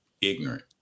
ignorant